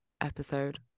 episode